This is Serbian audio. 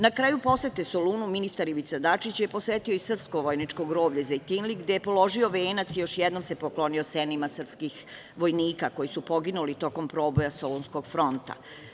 Na kraju posete Solunu ministar Ivica Dačić je posetio i srpsko vojničko groblje Zejtinlik, gde je položio venac i još jednom se poklonio senima srpskih vojnika koji su poginuli tokom proboja Solunskog fronta.